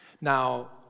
Now